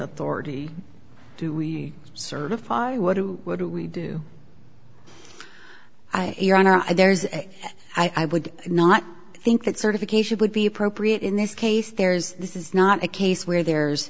authority to certify what do we do i your honor i there's a i would not think that certification would be appropriate in this case there's this is not a case where there's